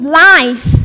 lies